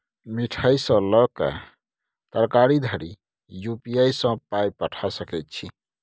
मिठाई सँ लए कए तरकारी धरि यू.पी.आई सँ पाय पठा सकैत छी